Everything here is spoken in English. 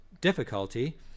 difficulty